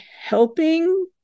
helping